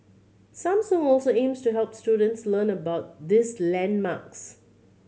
Samsung also aims to help students learn about this landmarks